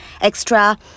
extra